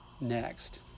next